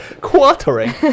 Quartering